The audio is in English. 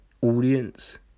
audience